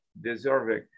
deserving